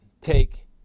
take